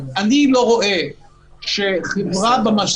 אם אנחנו לא מוכנים לקבל את ההחלטה הזאת,